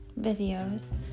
videos